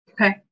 Okay